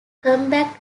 combat